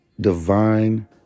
divine